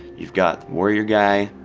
you've got warrior guy,